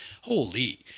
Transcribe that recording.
holy